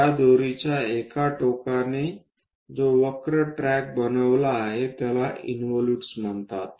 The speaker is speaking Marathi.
या दोरीच्या एका टोकाने जो वक्र ट्रॅक बनवला आहे त्याला इन्व्हॉलूट्स म्हणतात